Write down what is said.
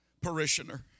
parishioner